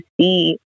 see